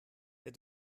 der